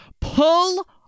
pull